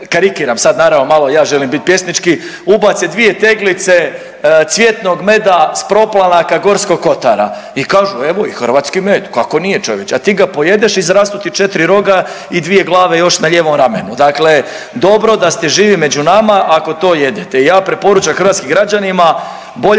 sad naravno, malo i ja želim bit pjesnički, ubace 2 teglice cvjetnog meda s proplanaka Gorskog kotara i kažu, evo i hrvatski med, kako nije, čovječe, a ti ga pojedeš, izrastu ti 4 roga i 2 glave još na lijevom ramenu. Dakle, dobro da ste živi među nama ako to jedete.